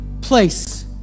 place